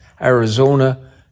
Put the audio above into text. Arizona